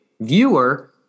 viewer